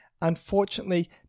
Unfortunately